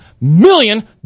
million